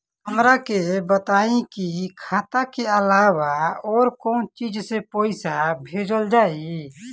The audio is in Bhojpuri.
हमरा के बताई की खाता के अलावा और कौन चीज से पइसा भेजल जाई?